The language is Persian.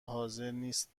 حاضرنیست